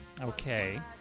Okay